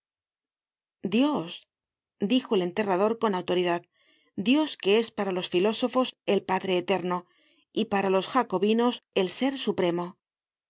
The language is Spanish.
dios dijo el enterrador con autoridad dios que es para los filósofos el padre eterno y para los jacobinos el ser supremo